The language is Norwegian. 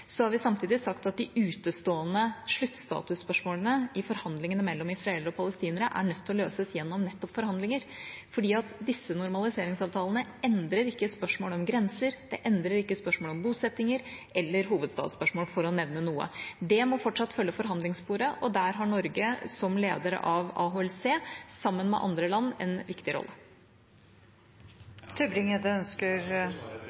de utestående sluttstatusspørsmålene i forhandlingene mellom israelere og palestinere nødt til å løses gjennom nettopp forhandlinger. For disse normaliseringsavtalene endrer ikke spørsmålet om grenser, de endrer ikke spørsmålet om bosettinger eller hovedstadsspørsmålet, for å nevne noe. Det må fortsatt følge forhandlingssporet, og der har Norge, som leder av AHLC, sammen med andre land en viktig